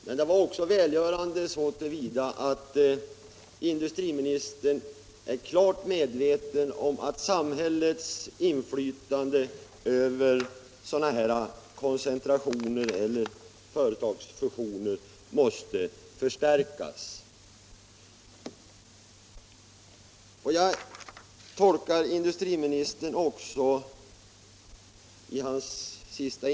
Men det var välgörande också så till vida att det gav besked om att industriministern är klart medveten om att samhällets inflytande över sådana här företagsfusioner måste förstärkas.